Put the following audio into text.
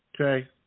okay